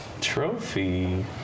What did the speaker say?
Trophy